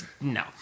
no